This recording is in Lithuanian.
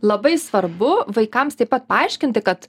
labai svarbu vaikams taip pat paaiškinti kad